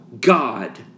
God